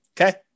Okay